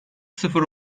sıfır